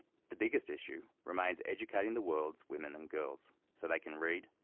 the biggest issue remains educating the world's women and girls so they can read,